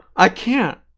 i can't.